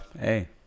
hey